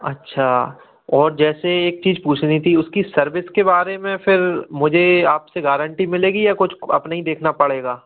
अच्छा और जैसे एक चीज़ पूछनी थी उसकी सर्विस के बारे में फिर मुझे आप से गारन्टी मिलेगी या कुछ अपने ही देखना पड़ेगा